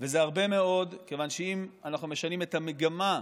וזה הרבה מאוד, כיוון שאם אנחנו משנים את המגמה,